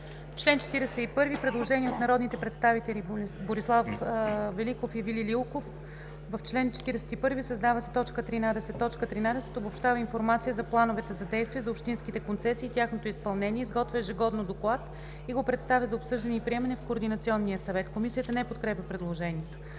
чл. 41 има предложение от народните представители Борислав Великов и Вили Лилков: „В чл. 41 се създава т. 13: „13. обобщава информация за Плановете за действие за общинските концесии и тяхното изпълнение, изготвя ежегодно доклад и го представя за обсъждане и приемане в Координационния съвет.“ Комисията не подкрепя предложението.